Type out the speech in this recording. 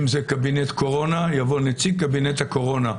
אם זה קבינט קורונה, יבוא נציג קבינט הקורונה.